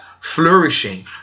Flourishing